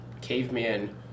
Caveman